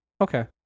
okay